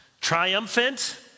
triumphant